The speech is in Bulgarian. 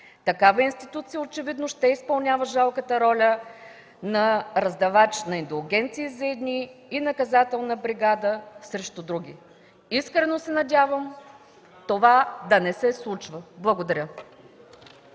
Такава институция очевидно ще изпълнява жалката роля на раздавач на индулгенции за едни и наказателна бригада срещу други. Искрено се надявам това да не се случва! Благодаря.